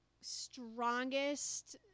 strongest